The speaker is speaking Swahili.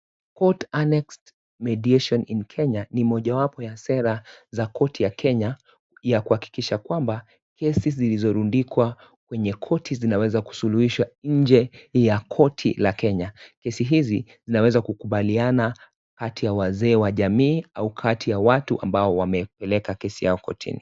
Court Annexed Mediation In Kenya , ni mojawapo ya sera za koti ya kenya ya kuhakikisha kwamba, kesi zilizorundikwa kwenye koti, zinaweza kusuluishwa inje ya koti la kenya. Kesi hizi zinaweza kukubaliana kati ya wazee wa jamii au kati ya watu ambao wameweka kesi yao kotini.